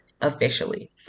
officially